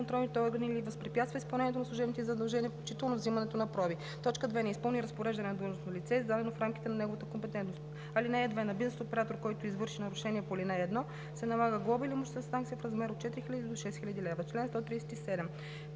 контролните органи или възпрепятства изпълнението на служебните им задължения, включително взимането на проби; 2. не изпълни разпореждане на длъжностно лице, издадено в рамките на неговата компетентност. (2) На бизнес оператор, който извърши нарушение по ал. 1 се налага глоба или имуществена санкция в размер от 4000 до 6000 лв.“ По чл.